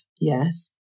yes